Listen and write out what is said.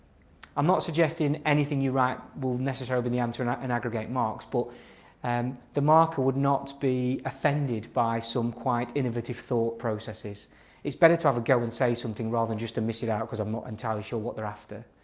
i'm not suggesting anything you write will necessarily be the answer and aggregate marks but and the marker would not be offended by some quite innovative thought processes it's better to have a go and say something rather than just to miss it out because i'm not entirely sure what they're after.